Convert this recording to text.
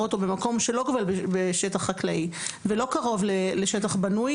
אותו במקום שלא גובל בשטח חקלאי ולא קרוב לשטח בנוי,